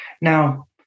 now